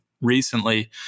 recently